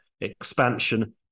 expansion